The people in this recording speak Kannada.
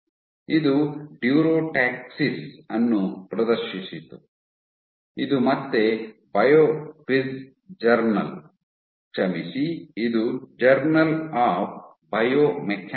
ಇದು ಡ್ಯುರೊಟಾಕ್ಸಿಸ್ ಅನ್ನು ಪ್ರದರ್ಶಿಸಿತು ಇದು ಮತ್ತೆ ಬಯೋಫಿಸ್ ಜೆ ಕ್ಷಮಿಸಿ ಇದು ಜರ್ನಲ್ ಆಫ್ ಬಯೋಮೆಕಾನಿಕ್ಸ್